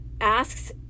asks